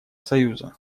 союза